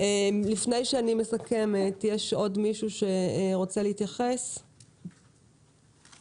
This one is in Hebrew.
האם יש מישהו שרוצה להתייחס לפני שאני מסכמת?